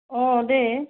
অঁ দে